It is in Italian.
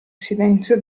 silenzio